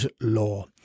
law